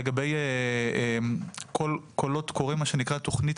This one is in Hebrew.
לגבי קולות קוראים מה שנקרא תוכנית